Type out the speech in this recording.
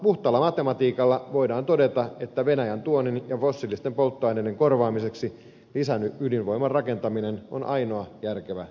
puhtaalla matematiikalla voidaan todeta että venäjän tuonnin ja fossiilisten polttoaineiden korvaamiseksi lisäydinvoiman rakentaminen on ainoa järkevä ratkaisu asiaan